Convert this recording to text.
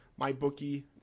MyBookie